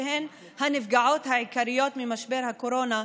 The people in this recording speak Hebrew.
שהן הנפגעות העיקריות ממשבר הקורונה,